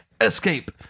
escape